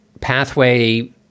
pathway